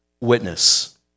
witness